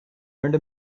earned